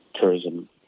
Tourism